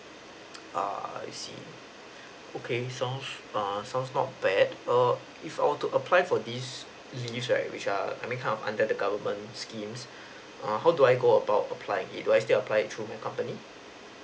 uh I see okay sounds err sounds not bad err if I want to apply for this leave right which are I mean come under the government schemes err how do I go about applying it do I still apply it through my company